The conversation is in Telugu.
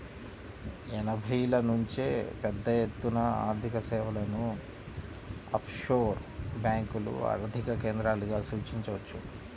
ఎనభైల నుంచే పెద్దఎత్తున ఆర్థికసేవలను ఆఫ్షోర్ బ్యేంకులు ఆర్థిక కేంద్రాలుగా సూచించవచ్చు